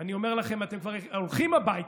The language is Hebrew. אני אומר לכם: אתם כבר הולכים הביתה,